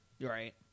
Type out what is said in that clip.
Right